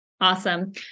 Awesome